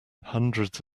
hundreds